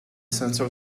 sensor